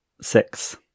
Six